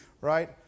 Right